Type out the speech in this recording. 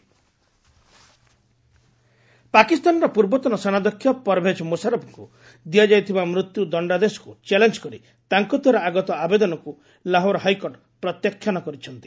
ପାକ୍ ମୁଶାରଫ୍ ପାକିସ୍ତାନର ପୂର୍ବତନ ସେନାଧ୍ୟକ୍ଷ ପରଭେଜ୍ ମୁଶାରଫ୍ଙ୍କୁ ଦିଆଯାଇଥିବା ମୃତ୍ୟୁ ଦଶ୍ଚାଦେଶକୁ ଚ୍ୟାଲେଞ୍ଚ୍ କରି ତାଙ୍କଦ୍ୱାରା ଆଗତ ଆବେଦନକୁ ଲାହୋର୍ ହାଇକୋର୍ଟ ପ୍ରତ୍ୟାଖ୍ୟାନ କରିଛନ୍ତି